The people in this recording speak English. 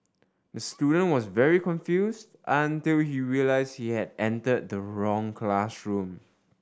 the student was very confused until he realised he had entered the wrong classroom